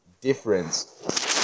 difference